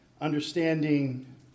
understanding